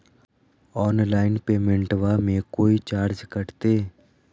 Online पेमेंटबां मे कोइ चार्ज कटते?